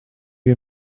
you